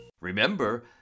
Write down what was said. Remember